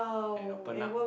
and open up